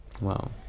Wow